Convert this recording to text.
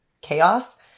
chaos